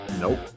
Nope